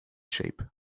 shape